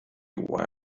why